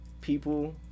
people